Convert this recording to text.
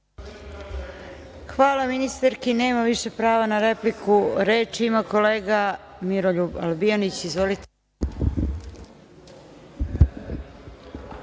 Hvala, ministarki nema više prava na repliku. Reč ima kolega Miroljub Albijanić. Izvolite.